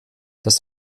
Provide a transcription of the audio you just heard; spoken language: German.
das